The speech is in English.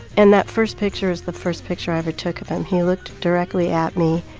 and that first picture is the first picture i ever took of him. he looked directly at me.